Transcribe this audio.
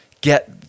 get